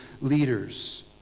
leaders